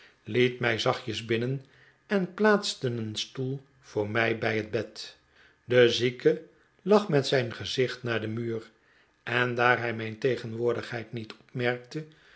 liet mij zachtjes binnen en plaatste een stoel voor mij bij het bed de zieke lag met zijn gezicht naar den muur en daar hij mijn tegenwoordigheid niet opmerkte